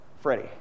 Freddie